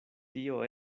tio